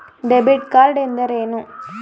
Debit card ಎಂದರೇನು?